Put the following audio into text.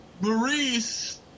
Maurice